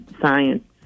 science